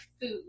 food